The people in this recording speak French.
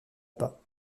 pas